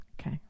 Okay